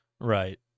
right